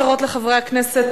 עמדות אחרות לחברי הכנסת.